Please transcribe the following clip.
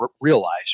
realize